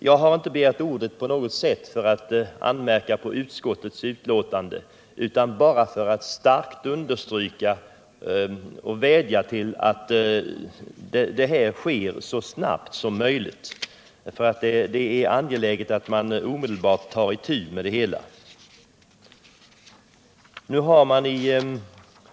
Jag har inte begärt ordet för att på något sätt anmärka på utskottets betänkande utan bara för att starkt understryka behovet av att detta sker så snabbt som möjligt, för det är angeläget att man omedelbart tar itu med frågan.